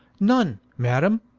none madam